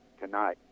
tonight